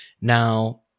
Now